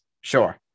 sure